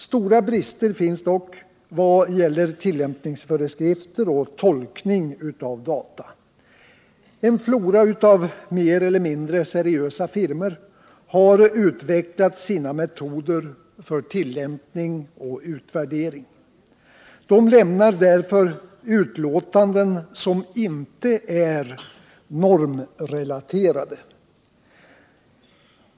Stora brister finns dock vad gäller tillämpningsföreskrifter och tolkning av data. En flora av mer eller mindre seriösa firmor har utvecklat sina metoder för tillämpning och utvärdering. De lämnar därför utlåtanden som inte är normrelaterade.